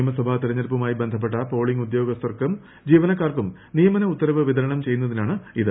നിയമസഭാ തെരഞ്ഞെടുപ്പുമായി ബന്ധപ്പെട്ട പോളിംഗ് ഉദ്യോഗസ്ഥർക്കും ജീവനക്കാർക്കും നിയമന ഉത്തരവ് വിതരണം ചെയ്യുന്നതിനാണ് ഇത്